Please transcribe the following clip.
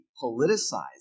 politicized